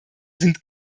sind